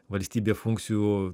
valstybė funkcijų